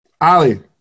Ali